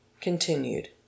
CONTINUED